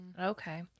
Okay